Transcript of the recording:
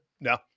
No